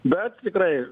bet tikrai